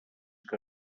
que